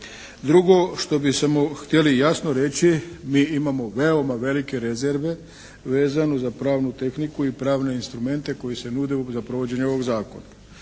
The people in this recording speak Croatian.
Drugo što bi htjeli jasno reći, mi imamo veoma velike rezerve vezano za pravnu tehniku i pravne instrumente koji se nude za provođenje ovog zakona.